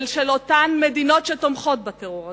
ושל אותן מדינות שתומכות בטרור הזה,